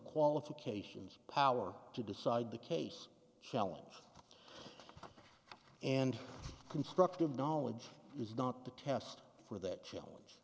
qualifications power to decide the case challenge and constructive knowledge is not the test for that challenge